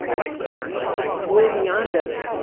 that's that's way beyond us.